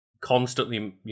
constantly